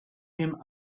him